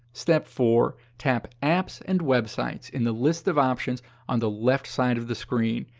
step four. tap apps and websites in the list of options on the left side of the screen.